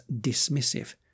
dismissive